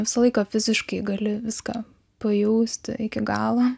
visą laiką fiziškai gali viską pajausti iki galo